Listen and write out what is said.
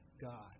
God